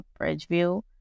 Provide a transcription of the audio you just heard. Bridgeview